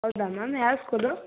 ಹೌದ ಮ್ಯಾಮ್ ಯಾವ ಸ್ಕೂಲ್